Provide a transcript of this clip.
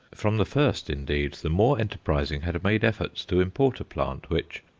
from the first, indeed, the more enterprising had made efforts to import a plant which,